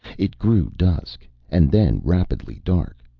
it grew dusk, and then rapidly dark.